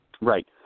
Right